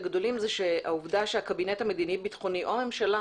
העובדה שהקבינט המדיני-ביטחוני או הממשלה